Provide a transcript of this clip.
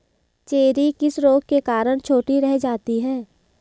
Cherry किस रोग के कारण छोटी रह जाती है?